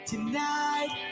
Tonight